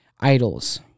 idols